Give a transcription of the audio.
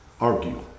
argue